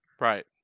Right